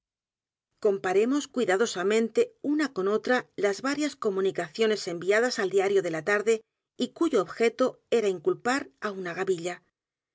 cuentos cuidadosamente una con otra las varias comunicaciones enviadas al diario de la tarde y cuyo objeto era inculpar á una gavilla